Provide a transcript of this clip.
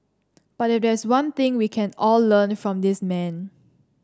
but if there's one thing we can all learn from this man